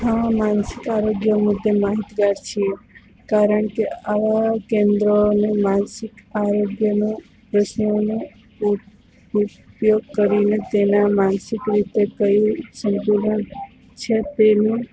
હા માનસિક આરોગ્ય મુદ્દે માહિતગાર છીએ કારણકે આ કેન્દ્રનું માનસિક આરોગ્યનું પ્રશ્નોનું ઉપયોગ કરી તેના માનસિક રીતે કયું સંતુલન છે તેનું